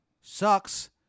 sucks